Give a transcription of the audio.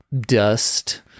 dust